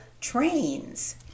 trains